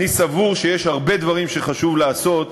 אני סבור שיש עדיין הרבה דברים שחשוב לעשות